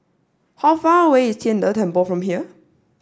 how far away is Tian De Temple from here